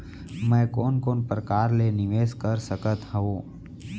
मैं कोन कोन प्रकार ले निवेश कर सकत हओं?